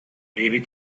maybe